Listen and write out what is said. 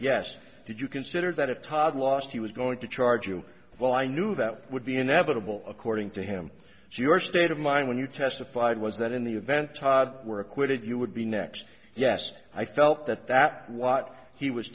yes did you consider that it todd last he was going to charge you well i knew that would be inevitable according to him so your state of mind when you testified was that in the event were acquitted you would be next yes i felt that that what he was